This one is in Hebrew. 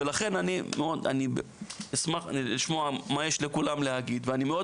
ולכן אני אשמח לשמוע מה יש לכולם להגיד ואני מאוד